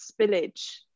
spillage